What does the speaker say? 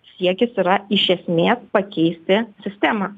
siekis yra iš esmės pakeisti sistemą